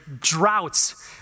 droughts